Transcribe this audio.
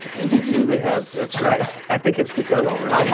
and you two would have that's right, i think it's begun already,